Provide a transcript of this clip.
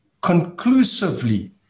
conclusively